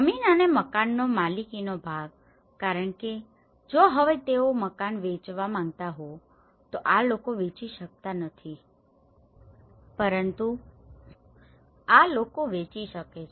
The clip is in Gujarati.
જમીન અને મકાનનો માલિકીનો ભાગ કારણ કે જો હવે તેઓ આ મકાન વેચવા માંગતા હોય તો આ લોકો વેચી શકતા નથી પરંતુ આ લોકો વેચી શકે છે